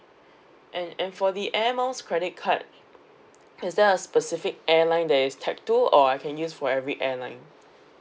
and and for the Air Miles credit card is there a specific airline there is tag to or I can use for every airline